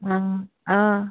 অঁ